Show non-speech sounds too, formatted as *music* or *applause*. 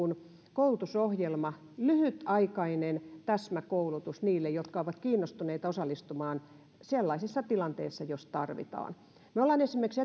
koulutusohjelma lyhytaikainen täsmäkoulutus niille jotka ovat kiinnostuneita osallistumaan sellaisissa tilanteissa jos tarvitaan me olemme esimerkiksi *unintelligible*